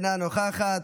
אינה נוכחת,